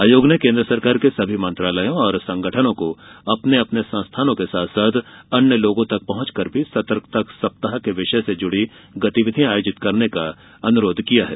आयोग ने केन्द्र सरकार के सभी मंत्रालयों और संगठनों को अपने अपने संस्थानों के साथ साथ अन्य लोगों तक पहंच कर भी सतर्कता सप्ताह के विषय से जुड़ी गतिविधियां आयोजित करने का अनुरोध किया है